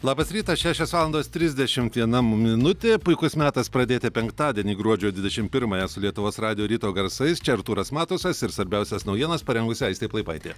labas rytas šešios valandos trisdešimt viena minutė puikus metas pradėti penktadienį gruodžio dvidešim pirmąją su lietuvos radijo ryto garsais čia artūras matusas ir svarbiausias naujienas parengusi aistė plaipaitė